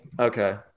Okay